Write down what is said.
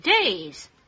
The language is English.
days